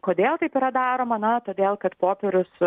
kodėl taip yra daroma na todėl kad popierius